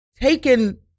taken